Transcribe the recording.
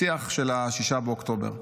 לשיח של 6 באוקטובר,